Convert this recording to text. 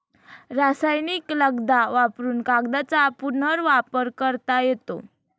रासायनिक लगदा वापरुन कागदाचा पुनर्वापर करता येतो